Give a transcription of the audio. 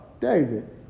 David